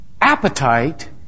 appetite